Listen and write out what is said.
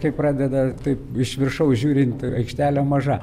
kai pradeda taip iš viršaus žiūrint aikštelė maža